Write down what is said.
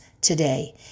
today